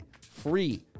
Free